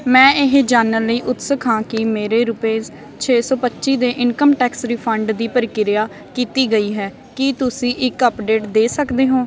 ਮੈਂ ਇਹ ਜਾਣਨ ਲਈ ਉਤਸੁਕ ਹਾਂ ਕੀ ਮੇਰੇ ਰੁਪੀਸ ਛੇ ਸੌ ਪੱਚੀ ਦੇ ਇਨਕਮ ਟੈਕਸ ਰਿਫੰਡ ਦੀ ਪ੍ਰਕਿਰਿਆ ਕੀਤੀ ਗਈ ਹੈ ਕੀ ਤੁਸੀਂ ਇੱਕ ਅਪਡੇਟ ਦੇ ਸਕਦੇ ਹੋ